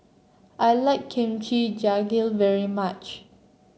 I like Kimchi Jjigae very much